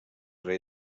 rei